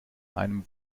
einem